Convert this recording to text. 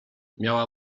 miała